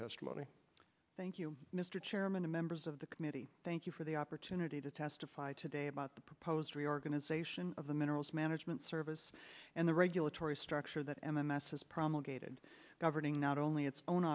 testimony thank you mr chairman the members of the committee thank you for the opportunity to testify today about the proposed reorganization of the minerals management service and the regulatory structure that m m s has promulgated governing not only its own